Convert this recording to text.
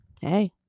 hey